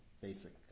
basic